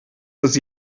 bis